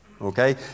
Okay